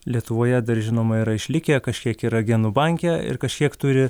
lietuvoje dar žinoma yra išlikę kažkiek yra genų banke ir kažkiek turi